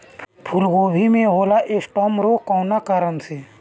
फूलगोभी में होला स्टेम रोग कौना कारण से?